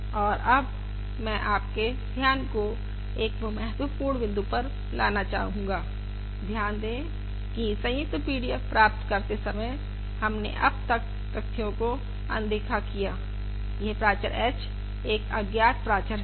और अब हम मैं आपके ध्यान को एक महत्वपूर्ण बिंदु पर लाना चाहूंगा ध्यान दे की संयुक्त PDF प्राप्त करते समय हमने अब तक तथ्यों को अनदेखा किया यह प्राचर h एक अज्ञात प्राचर है